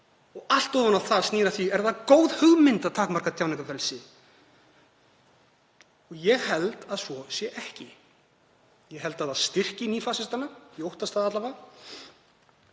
Allt ofan á það snýr að því hvort það er góð hugmynd að takmarka tjáningarfrelsi. Ég held að svo sé ekki. Ég held að það styrki nýfasistana, ég óttast það alla vega,